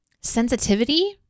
sensitivity